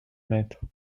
mètres